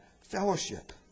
Fellowship